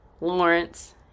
Lawrence